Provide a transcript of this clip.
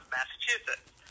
Massachusetts